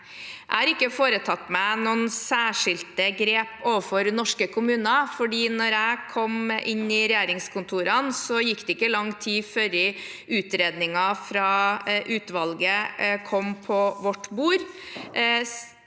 Jeg har ikke foretatt meg noen særskilte grep overfor norske kommuner, for da jeg kom inn i regjeringskontorene, gikk det ikke lang tid før utredningen fra utvalget kom på vårt bord.